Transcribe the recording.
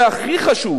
והכי חשוב